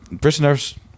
prisoners